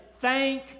thank